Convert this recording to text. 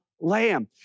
lamb